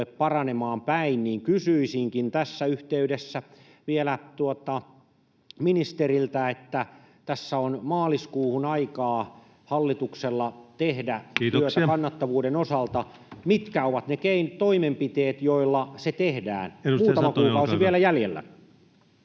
paranemaan päin, niin kysyisinkin tässä yhteydessä vielä ministeriltä: Tässä on maaliskuuhun aikaa hallituksella tehdä työtä kannattavuuden osalta. [Puhemies: Kiitoksia!] Mitkä ovat ne toimenpiteet, joilla se tehdään? Muutama kuukausi vielä jäljellä.